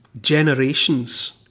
generations